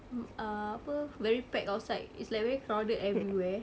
mm ah apa very parked outside it's like very crowded everywhere